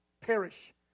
Perish